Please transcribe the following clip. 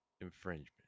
Infringement